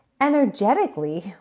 energetically